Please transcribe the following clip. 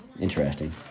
Interesting